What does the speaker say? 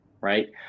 right